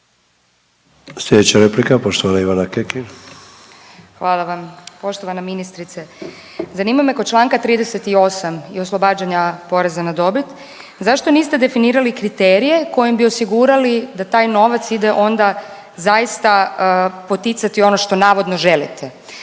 Slijedeća replika poštovana Ivana Kekin. **Kekin, Ivana (NL)** Hvala vam. Poštovana ministrice, zanima me kod čl. 38. i oslobađanja poreza na dobit, zašto niste definirali kriterije kojim bi osigurali da taj novac ide onda zaista poticati ono što navodno želite.